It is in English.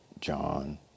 John